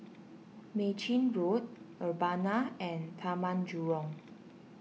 Mei Chin Road Urbana and Taman Jurong